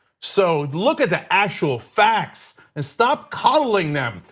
so look at the actual facts and stop coddling them,